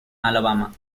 alabama